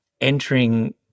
entering